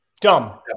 Dumb